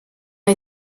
ont